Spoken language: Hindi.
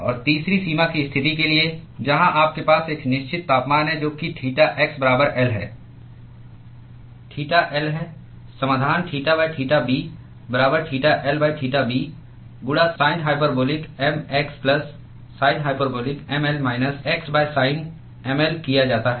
और तीसरी सीमा की स्थिति के लिए जहां आपके पास एक निश्चित तापमान है जो कि थीटा x बराबर L है थीटा L है समाधान थीटा थीटा b बराबर थीटा L थीटा b गुणा sin hyperbolic m x plus sin hyperbolic mL minus x sin mL किया जाता है